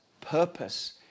purpose